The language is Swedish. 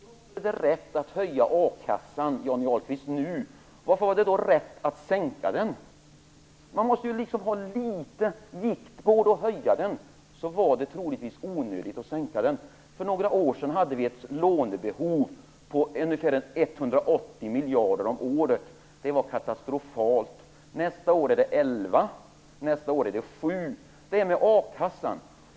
Fru talman! Om det är rätt att höja a-kassan nu, Johnny Ahlqvist, varför var det då rätt att sänka den? Gick det att höja den, var det troligen onödigt att sänka den. För några år sedan hade vi ett lånebehov på ungefär 180 miljarder om året. Det var katastrofalt. Nästa år är det 11 miljarder, nästa år igen 7 miljarder.